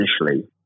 initially